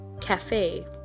cafe